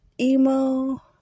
emo